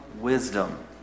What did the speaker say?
wisdom